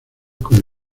con